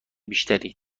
بیشتری